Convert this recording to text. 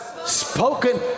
Spoken